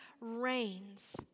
reigns